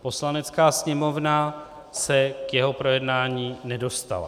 Poslanecká sněmovna se k jeho projednání nedostala.